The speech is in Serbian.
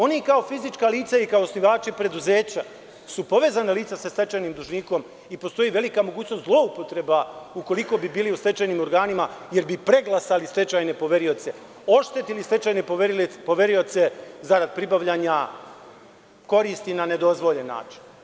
Oni kao fizička lica i kao osnivači preduzeća su povezana lica sa stečajnim dužnikom i postoji velika mogućnost zloupotreba ukoliko bi bili u stečajnim organima, jer bi preglasali stečajne poverioce, oštetili stečajne poverioce zarad pribavljanja koristi na nedozvoljen način.